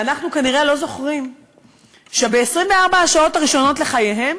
ואנחנו כנראה לא זוכרים שב-24 השעות הראשונות לחייהם